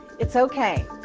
it's ok.